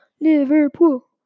Liverpool